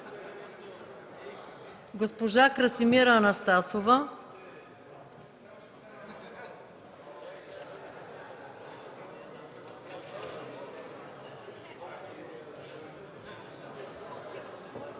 госпожа Красимира Анастасова,